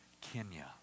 Kenya